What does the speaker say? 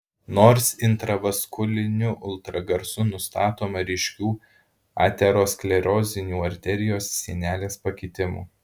nors intravaskuliniu ultragarsu nustatoma ryškių aterosklerozinių arterijos sienelės pakitimų